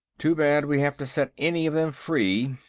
too bad we have to set any of them free,